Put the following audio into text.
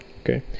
okay